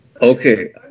Okay